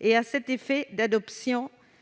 et à cet effet d'adoption,